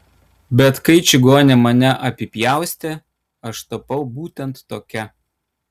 bet kai čigonė mane apipjaustė aš tapau būtent tokia